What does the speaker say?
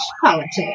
politics